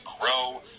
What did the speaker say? grow